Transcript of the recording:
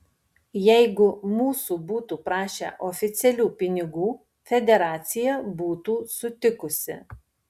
jeigu mūsų būtų prašę oficialių pinigų federacija būtų sutikusi